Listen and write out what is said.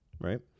right